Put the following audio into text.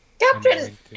Captain